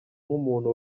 nk’umuntu